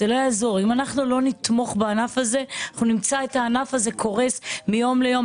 אם אנחנו לא נתמוך בענף הזה נמצא את הענף הזה קורס מיום ליום.